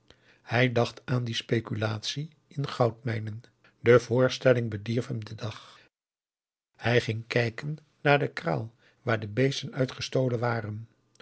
hij dacht aan die speculatie in goudmijnen de voorstelling bedierf hem den dag hij ging kijken naar de kraal waar de beesten uit gestolen waren